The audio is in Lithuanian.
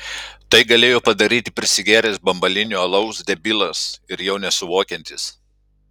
tai galėjo padaryti prisigėręs bambalinio alaus debilas ir jau nesuvokiantis